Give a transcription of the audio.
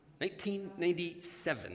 1997